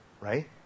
right